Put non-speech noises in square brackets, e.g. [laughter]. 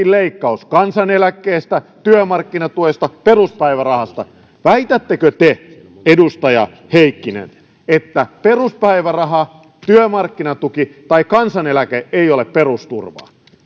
[unintelligible] leikkaus kansaneläkkeestä työmarkkinatuesta peruspäivärahasta väitättekö te edustaja heikkinen että peruspäiväraha työmarkkinatuki tai kansaneläke eivät ole perusturvaa